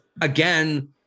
again